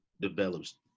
develops